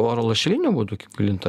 oro lašeliniu būdu plinta